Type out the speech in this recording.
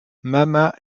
mama